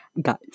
guys